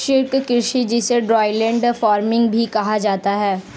शुष्क कृषि जिसे ड्राईलैंड फार्मिंग भी कहा जाता है